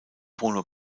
bruno